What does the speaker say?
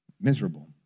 miserable